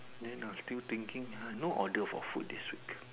then I still thinking ah no order for food this week